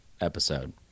episode